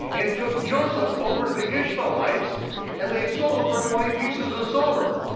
and took joseph over to the ishmeelites and they sold him for twenty pieces of silver.